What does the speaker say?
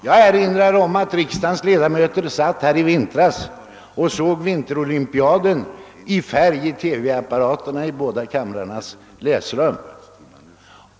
Jag erinrar om att riksdagens ledamöter i vintras kunde se vinterolympiaden i färg i TV-apparaterna i båda kamrarnas läsrum.